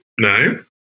No